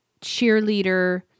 cheerleader